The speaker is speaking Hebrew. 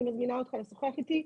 אני מזמינה אותך לשוחח איתי.